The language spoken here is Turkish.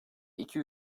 iki